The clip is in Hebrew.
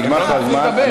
נגמר לך הזמן.